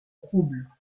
roubles